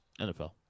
NFL